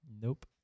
Nope